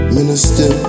Minister